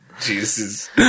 Jesus